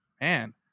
man